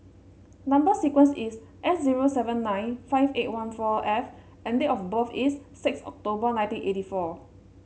number sequence is S zero seven nine five eight one four F and date of birth is six October nineteen eighty four